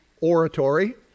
oratory